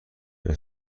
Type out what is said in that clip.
پنج